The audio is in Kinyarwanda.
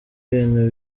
ibintu